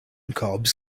cobs